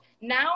now